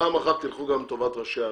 פעם אחת תלכו גם לטובת ראשי ערים.